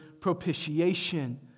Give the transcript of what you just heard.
propitiation